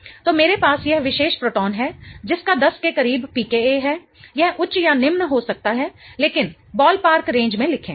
तो मेरे पास यह विशेष प्रोटॉन है जिसका 10 के करीब pKa है यह उच्च या निम्न हो सकता है लेकिन बॉलपार्क रेंज में लिखें